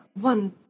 one